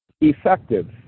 effective